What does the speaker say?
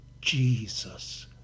Jesus